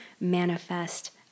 manifest